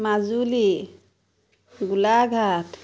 Majuli Golaghat